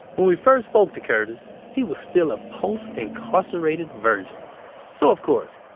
we first spoke to curtis, he was still a post-incarcerated virgin so of course,